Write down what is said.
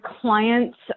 clients